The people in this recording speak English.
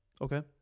Okay